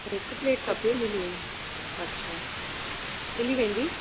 हिकु प्लेट खपे मिली वेंदी अच्छा मिली वेंदी